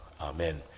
Amen